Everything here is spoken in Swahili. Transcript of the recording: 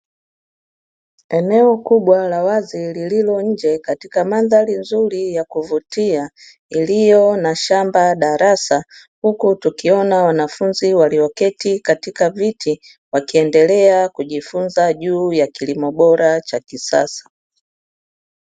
Eneo kubwa la wazi, lililo nje katika mandhari nzuri ya kuvutia, iliyo na shamba darasa. Huku tukiona wanafunzi walioketi katika viti, wakiendelea kujifunza juu ya kilimo bora cha kisasa.